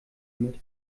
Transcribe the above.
mit